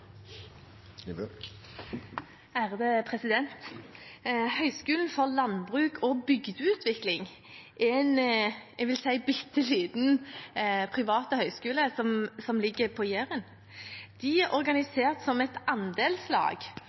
bygdeutvikling er en – jeg vil si – bitte liten privat høyskole som ligger på Jæren. Den er organisert som et andelslag